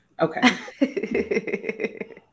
Okay